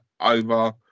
over